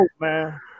man